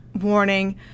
warning